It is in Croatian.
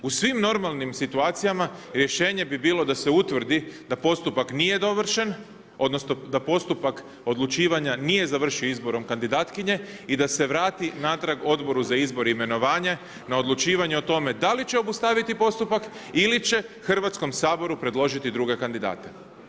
U svim normalnim situacijama rješenje bi bilo da se utvrdi da postupak nije dovršen odnosno da postupak odlučivanja nije završio izborom kandidatkinje i da se vrati natrag Odboru za izbor i imenovanje na odlučivanje o tome da li će obustaviti postupak ili će Hrvatskom saboru predložiti druge kandidate.